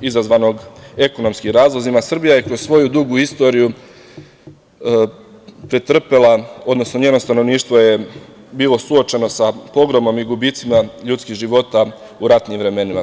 izazvanog ekonomskim razlozima Srbija je kroz svoju dugu istoriju, odnosno njeno stanovništvo je bilo suočeno sa ozbiljnim gubicima ljudskih života u ratnim vremenima.